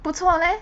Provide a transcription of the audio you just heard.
不错 leh